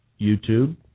YouTube